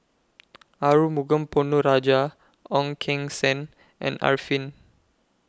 Arumugam Ponnu Rajah Ong Keng Sen and Arifin